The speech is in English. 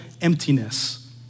emptiness